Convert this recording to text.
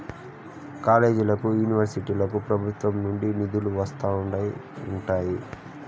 కాలేజీలకి, యూనివర్సిటీలకు ప్రభుత్వం నుండి నిధులు వస్తూనే ఉంటాయి